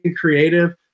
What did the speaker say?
creative